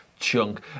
chunk